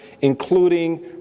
including